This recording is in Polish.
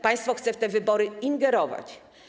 Państwo chce w te wybory ingerować.